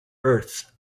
earth